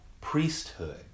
priesthood